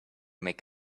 make